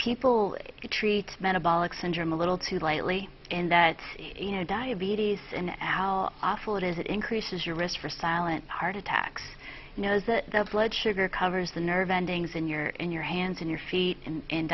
people treat metabolic syndrome a little too lightly in that you know diabetes and how awful it is it increases your risk for silent heart attacks you know the blood sugar covers the nerve endings in your in your hands in your feet and